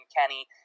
Kenny